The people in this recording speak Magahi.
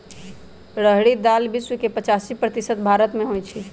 रहरी दाल विश्व के पचासी प्रतिशत भारतमें होइ छइ